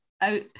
out